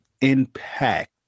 impact